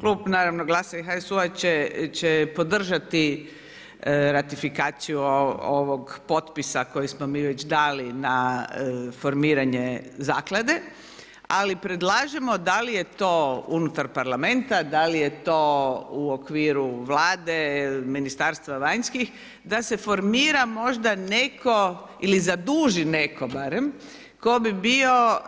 Klub naravno GLAS-a i HSU-a će podržati ratifikaciju ovog potpisa kojeg smo mi već dali na formiranje zaklade ali predlažemo da li je unutar Parlamenta, da li je to u okviru Vlade, MVEP-a, da se formira možda netko ili zaduži netko barem tko bi bio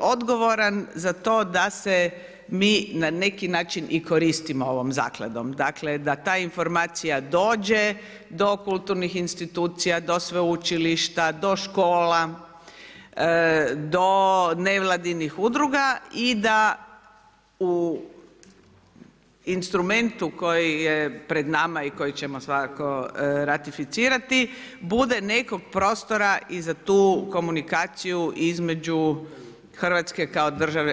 odgovoran za to da se mi na neki način i koristimo ovom zakladom, dakle da ta informacija dođe do kulturnih institucija, do sveučilišta, do škola, do nevladinih udruga i da u instrumentu koji je pred nama i koji ćemo svakako ratificirati, bude nekog prostora i za tu komunikaciju između Hrvatske kao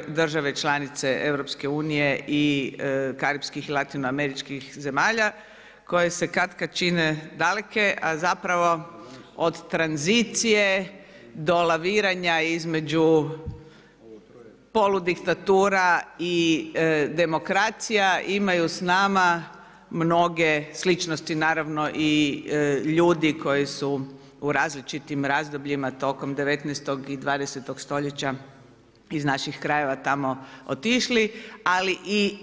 države članice EU-a i karipskih i latinoameričkih zemalja koje se katkad čine daleke a zapravo od tranzicije do laviranja između poludiktatura i demokracija imaju s nama mnoge sličnosti, naravno i ljudi koji su u različitim razdobljima tokom 19. i 20. st. iz naših krajeva tamo otišli ali i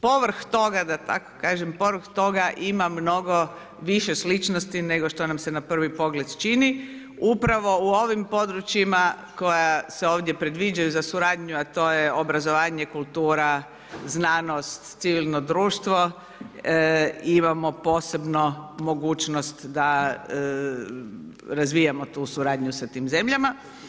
povrh toga da tako kažem, povrh toga ima mnogo više sličnosti nego što nam se na prvi pogled čini, upravo u ovim područjima koja se ovdje predviđaju za suradnju a to je obrazovanje, kultura, znanost, civilno društvo, imamo posebno mogućnost da razvijamo tu suradnju sa tim zemljama.